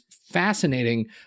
fascinating